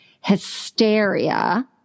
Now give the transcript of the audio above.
hysteria